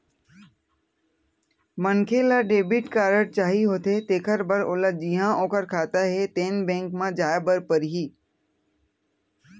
मनखे ल debit card चाही होथे तेखर बर ओला जिहां ओखर खाता हे तेन बेंक म जाए बर परही